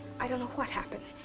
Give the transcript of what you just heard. i don't know what happened.